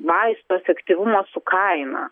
vaisto efektyvumo su kaina